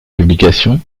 publications